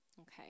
Okay